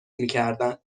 میکردن